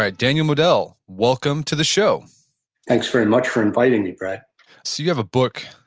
ah daniel modell, welcome to the show thanks very much for inviting me brett so you have a book,